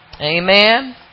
amen